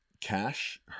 Cash